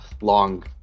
long